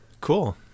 cool